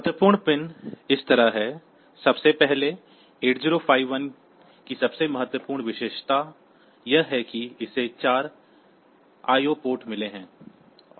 महत्वपूर्ण पिन इस तरह हैं सबसे पहले 8051 की सबसे महत्वपूर्ण विशेषता यह है कि इसे 4 आईओ पोर्ट मिले हैं